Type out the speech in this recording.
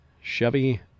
Chevy